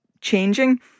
changing